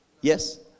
Yes